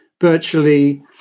virtually